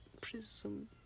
Prism